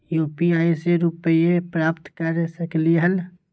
UPI से रुपए प्राप्त कर सकलीहल?